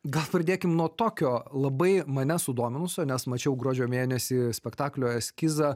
gal pradėkim nuo tokio labai mane sudominusio nes mačiau gruodžio mėnesį spektaklio eskizą